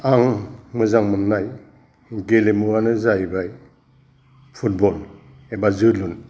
आं मोजां मोननाय गेलेमुवानो जाहैबाय फुटबल एबा जोलुर